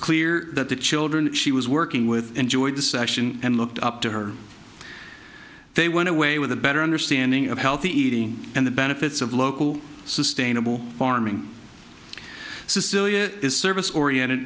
clear that the children she was working with enjoyed the session and looked up to her they went away with a better understanding of healthy eating and the benefits of local sustainable farming sicilia is service oriented